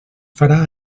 farà